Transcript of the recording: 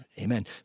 amen